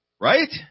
Right